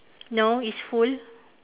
no it's full